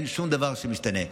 אין שום דבר שמשתנה.